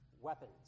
weapons